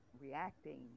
reacting